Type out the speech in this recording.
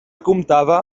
comptava